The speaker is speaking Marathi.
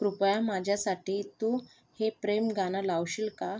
कृपया माझ्यासाठी तू हे प्रेम गाणं लावशील का